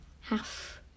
half